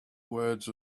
words